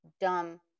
dumb